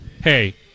hey